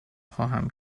خواهم